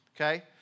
okay